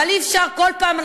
אבל אי-אפשר שכל פעם אנחנו,